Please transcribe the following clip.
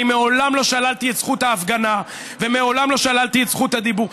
אני מעולם לא שללתי את זכות ההפגנה ומעולם לא שללתי את זכות הדיבור.